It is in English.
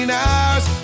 hours